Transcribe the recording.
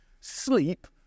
sleep